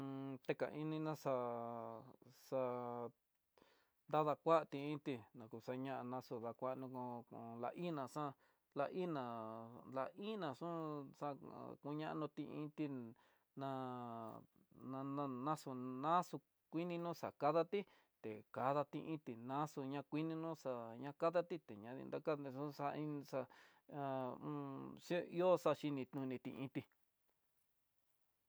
tekaini ná xa'á, xa dadakuati inté, nakoxañana xodakuano no'ó kó la iná xa'á. la iná la iná xuú xa ha kuñanoti inti ná na- na xú naxú kuininó xakadati té kati iin tenaxu ña kuinino xa'á ña kada tité ña nakada xonxaí xa ha un xe ihó xaxhini noniti inti.